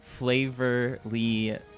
flavorly